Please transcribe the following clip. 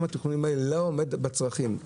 גם התכנונים האלה לא עומדים בצרכים,